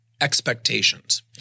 expectations